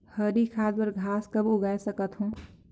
हरी खाद बर घास कब उगाय सकत हो?